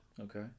Okay